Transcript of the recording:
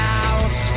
out